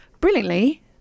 brilliantly